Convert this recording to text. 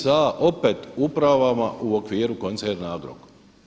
Sa opet upravama u okviru koncern Agrokor.